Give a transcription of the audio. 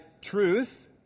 truth